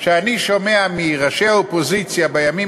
שאני שומע מראשי האופוזיציה בימים